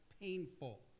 painful